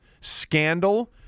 scandal